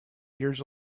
years